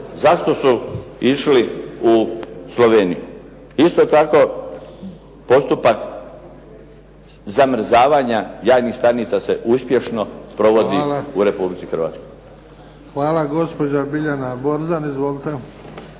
zašto su išli u Sloveniju. Isto tako postupak zamrzavanja jajnih stanica se uspješno provodi u Republici Hrvatskoj. **Bebić, Luka (HDZ)** Hvala. Gospođa Biljana Borzan. Izvolite.